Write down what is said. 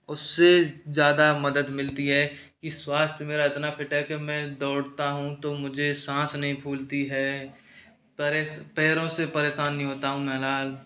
उससे ज़्यादा मदद मिलती है कि स्वास्थ्य मेरा इतना फिट है कि मैं दौड़ता हूँ तो मुझे सांस नहीं फूलती है पैरों से परेशान नही होता हूँ बहरहाल